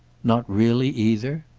not really either?